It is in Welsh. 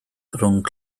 rhwng